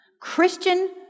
Christian